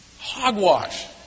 Hogwash